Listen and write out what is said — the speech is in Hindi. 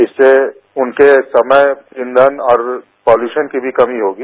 इससे उनके समय ईंधन और पॉल्यूशन की भी कमी होगी